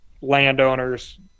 landowners